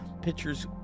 Pictures